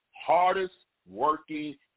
hardest-working